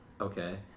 Okay